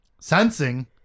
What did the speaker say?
sensing